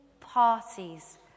parties